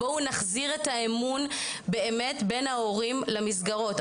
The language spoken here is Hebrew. בואו נחזיר את האמון באמת בין ההורים למסגרות.